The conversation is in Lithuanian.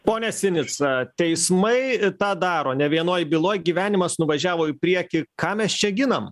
pone sinica teismai tą daro ne vienoj byloj gyvenimas nuvažiavo į priekį ką mes čia ginam